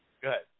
good